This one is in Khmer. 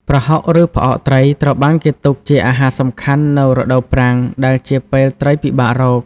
ប្រហុក ឬ ផ្អកត្រី ត្រូវបានគេទុកជាអាហារសំខាន់នៅរដូវប្រាំង ដែលជាពេលត្រីពិបាករក។